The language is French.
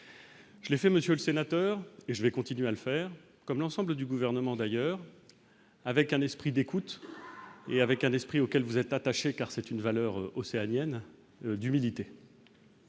les faits Monsieur le Sénateur, et je vais continuer à le faire, comme l'ensemble du gouvernement d'ailleurs avec un esprit d'écoute et avec un esprit auquel vous êtes attaché, car c'est une valeur océanienne d'humidité,